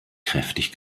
kräftig